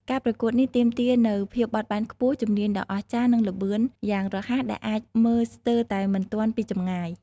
ការប្រកួតនេះទាមទារនូវភាពបត់បែនខ្ពស់ ជំនាញដ៏អស្ចារ្យ និងល្បឿនយ៉ាងរហ័សដែលអាចមើលស្ទើរតែមិនទាន់ពីចម្ងាយ។